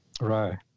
Right